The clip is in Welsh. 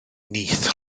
nyth